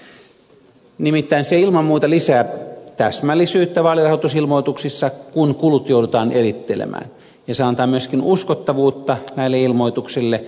nimittäin se ilman muuta lisää täsmällisyyttä vaalirahoitusilmoituksissa kun kulut joudutaan erittelemään ja se antaa myöskin uskottavuutta näille ilmoituksille